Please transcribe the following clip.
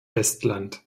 estland